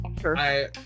Sure